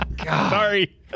Sorry